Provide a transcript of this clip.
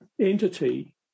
entity